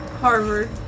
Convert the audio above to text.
Harvard